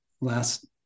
last